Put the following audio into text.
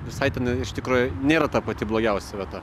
visai ten iš tikro nėra ta pati blogiausia vieta